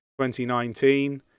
2019